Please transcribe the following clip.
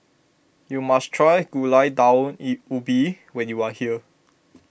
you must try Gulai Daun E Ubi when you are here